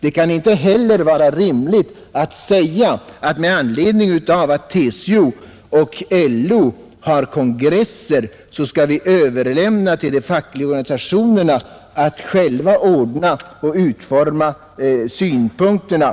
Det kan inte heller vara rimligt att säga att vi, med anledning av att TCO och LO har kongresser, skall överlämna till de fackliga organisationerna att själva utforma synpunkterna.